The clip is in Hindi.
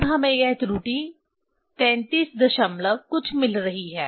अब हमें यहाँ त्रुटि 33 दशमलव कुछ मिल रही है